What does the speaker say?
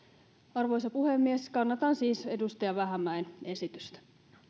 arvoisa puhemies kannatan siis edustaja vähämäen esitystä